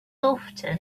often